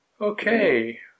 Okay